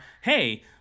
hey